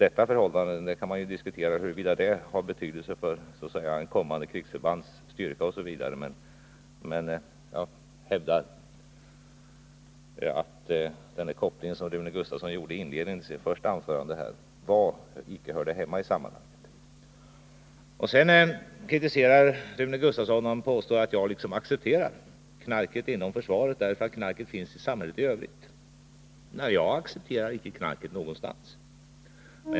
Man kan diskutera huruvida detta förhållande har betydelse för kommande krigsförbands styrka osv. Jag vill hävda att den koppling som Rune Gustavsson inledningsvis gjorde i sitt första anförande icke hör hemma i sammanhanget. Rune Gustavsson kritiserade mig för att jag liksom accepterade knarket inom försvaret, därför att knarket finns i samhället i övrigt. Nej, jag accepterar inte knarket någonstans.